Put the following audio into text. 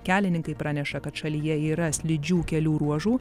kelininkai praneša kad šalyje yra slidžių kelių ruožų